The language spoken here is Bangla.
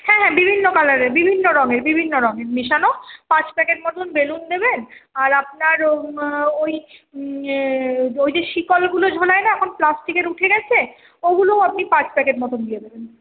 হ্যাঁ হ্যাঁ বিভিন্ন কালারের বিভিন্ন রঙের বিভিন্ন রঙের মিশানো পাঁচ প্যাকেট মতোন বেলুন দেবেন আর আপনার ওই ওই যে শিকলগুলো ঝোলায় না এখন প্লাস্টিকের উঠে গেছে ওগুলোও আপনি পাঁচ প্যাকেট মতোন দিয়ে দেবেন